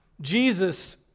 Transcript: Jesus